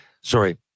sorry